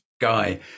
guy